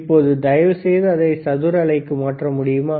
இப்போது தயவுசெய்து அதை சதுர அலைக்கு மாற்ற முடியுமா